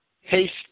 haste